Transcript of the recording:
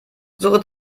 suche